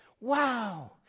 Wow